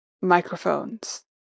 microphones